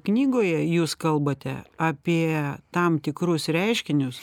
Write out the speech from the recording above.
knygoje jūs kalbate apie tam tikrus reiškinius